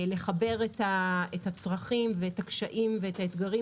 לחבר את הצרכים ואת הקשיים ואת האתגרים